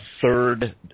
third